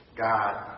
God